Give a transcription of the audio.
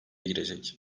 girecek